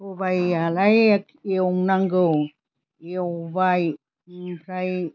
सबाइआलाय एवनांगौ एवबाय ओमफ्राय